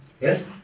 Yes